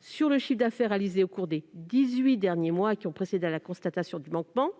sur le chiffre d'affaires réalisé au cours des dix-huit derniers mois qui ont précédé la constatation du manquement,